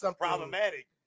problematic